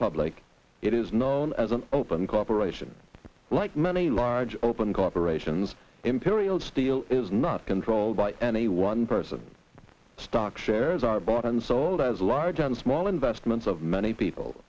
public it is known as an open corporation like many large open corporations imperials still is not controlled by any one person stock shares are bought and sold as large and small investments of many people